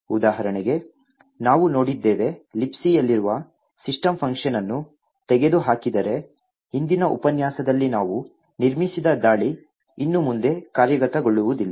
ಉದಾಹರಣೆಗೆ ನಾವು ನೋಡಿದ್ದೇವೆ Libc ಯಲ್ಲಿರುವ ಸಿಸ್ಟಂ ಫಂಕ್ಷನ್ ಅನ್ನು ತೆಗೆದುಹಾಕಿದರೆ ಹಿಂದಿನ ಉಪನ್ಯಾಸದಲ್ಲಿ ನಾವು ನಿರ್ಮಿಸಿದ ದಾಳಿ ಇನ್ನು ಮುಂದೆ ಕಾರ್ಯಗತಗೊಳ್ಳುವುದಿಲ್ಲ